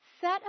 set